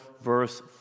verse